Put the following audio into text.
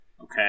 Okay